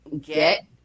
get